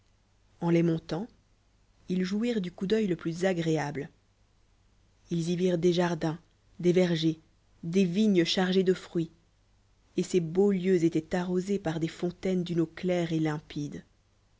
en les montant il il jouirent du coup d'œil le plus agréable ils ut des jardins t des vergers des vignes chargées de rrnits et ces beallx lieux étaient arrosés par des fontaines d'une eau lair e et limpide